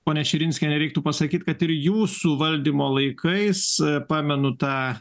ponia širinskiene reiktų pasakyti kad ir jūsų valdymo laikais pamenu tą